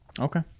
Okay